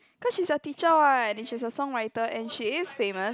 cause she's a teacher what and she's a song writer and she is famous